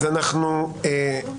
בוודאי.